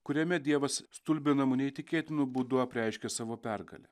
kuriame dievas stulbinamu neįtikėtinu būdu apreiškė savo pergalę